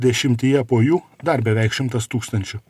dešimtyje po jų dar beveik šimtas tūkstančių